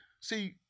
see